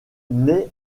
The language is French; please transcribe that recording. naît